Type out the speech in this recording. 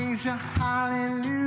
Hallelujah